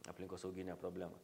aplinkosauginę problemą